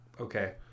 okay